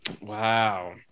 wow